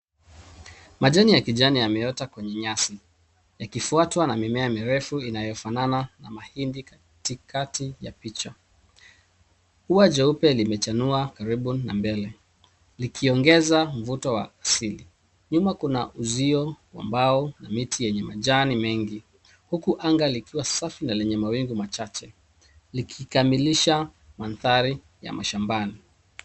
Majani ya kijani yameota kwenye nyasi yakifuatwa na mimea mirefu inayofanana na mahindi katikati ya picha. Ua jeupe limechanua karibu na mbele likiongeza mvuto wa asili. Nyuma kuna uzio ambao yenye miti ya majani mengi huku anga likiwa safi na mawingu machache likikamilisha mandhari ya mashambani.